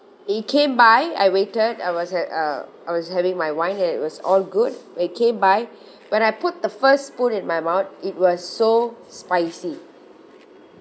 he came by I waited I was at uh I was having my wine and it was all good when he came by when I put the first put in my mouth it was so spicy